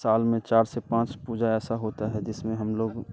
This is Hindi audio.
साल में चार से पाँच पूजा ऐसा होता है जिसमें हम लोग